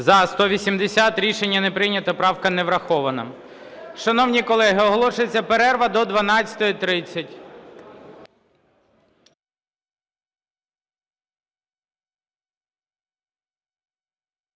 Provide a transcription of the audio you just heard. За-180 Рішення не прийнято. Правка не врахована. Шановні колеги, оголошується перерва до 12:30.